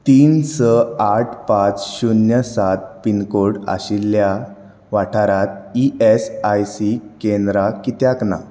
तीन स आठ पांच शुन्य सात पिनकोड आशिल्ल्या वाठारांत ईएसआयसी केंद्रां कित्याक नात